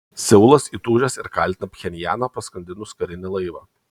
seulas įtūžęs ir kaltina pchenjaną paskandinus karinį laivą